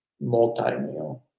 Multi-meal